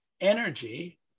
energy